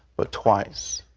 but twice.